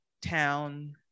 town